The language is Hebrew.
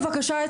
בבקשה,